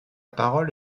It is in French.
parole